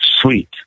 sweet